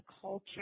culture